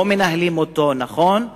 לא מנהלים אותם נכון,